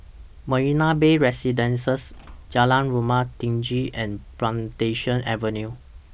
Marina Bay Residences Jalan Rumah Tinggi and Plantation Avenue